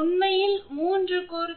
உண்மையில் 3 கோர்